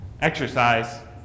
exercise